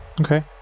Okay